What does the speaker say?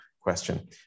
question